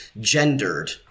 gendered